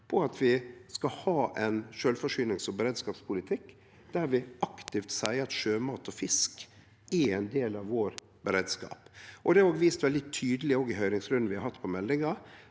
om at vi skal ha ein sjølvforsynings- og beredskapspolitikk der vi aktivt seier at sjømat og fisk er ein del av beredskapen vår. Det er vist veldig tydeleg i høyringsrunden vi har hatt om meldinga,